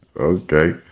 Okay